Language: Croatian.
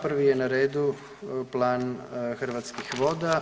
Prvi je na redu Plan Hrvatskih voda.